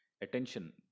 attention